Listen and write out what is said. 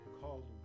called